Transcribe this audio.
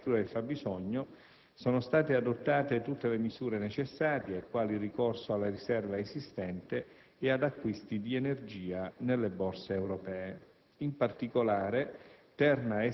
Al fine di garantire la copertura del fabbisogno, sono state adottate tutte le misure necessarie, quali il ricorso alla riserva esistente e ad acquisti di energia nelle borse europee.